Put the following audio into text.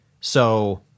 so-